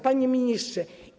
Panie Ministrze!